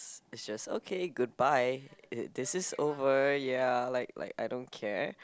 it's just okay goodbye it this is over ya like like I don't care